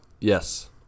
Yes